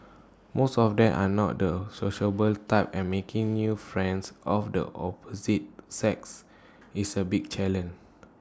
most of them are not the sociable type and making new friends of the opposite sex is A big challenge